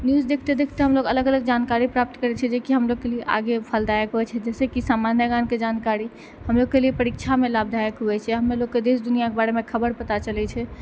news देखते देखते हमलोग अलग अलग जानकारी प्राप्त करै छियै जेकी हमलोग के लिए आगे फलदायक होइ छै जाहिसे की सामान्य ज्ञान के जानकारी हमलोग के लिए परीक्षा मे लाभदायक होइ छै हमलोग के देश दुनिआके बारे मे खबर पता चलै छै